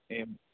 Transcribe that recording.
एवम्